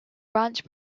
branch